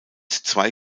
zwei